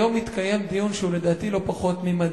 היום התקיים בוועדת הכספים דיון שהוא לדעתי לא פחות ממדהים,